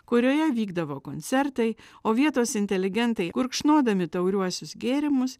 kurioje vykdavo koncertai o vietos inteligentai gurkšnodami tauriuosius gėrimus